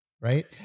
Right